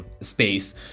space